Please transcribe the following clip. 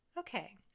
Okay